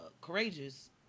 courageous